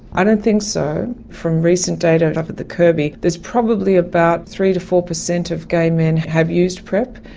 i don't think so. from recent data up at the kirby there's probably about three percent to four percent of gay men have used prep.